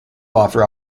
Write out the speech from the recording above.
offer